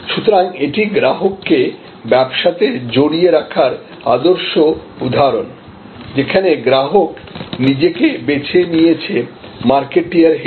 সুতরাং এটি গ্রাহককে ব্যবসাতে জড়িয়ে রাখার আদর্শ উদাহরণ যেখানে গ্রাহক নিজেকে বেছে নিয়েছে মার্কেটিয়ার হিসাবে